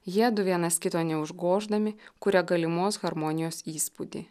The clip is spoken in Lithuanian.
jiedu vienas kito neužgoždami kuria galimos harmonijos įspūdį